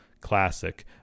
classic